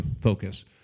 focus